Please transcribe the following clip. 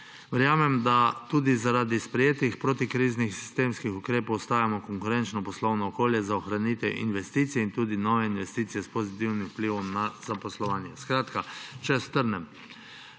Verjamem, da tudi zaradi sprejetih protikriznih sistemskih ukrepov ostajamo konkurenčno poslovno okolje za ohranitev investicij in tudi za nove investicije s pozitivnim vplivom na zaposlovanje.